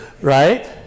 Right